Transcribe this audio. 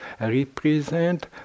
represent